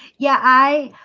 yeah, i